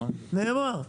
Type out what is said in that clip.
נאמר.